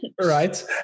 Right